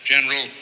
General